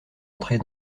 entrée